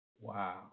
Wow